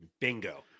Bingo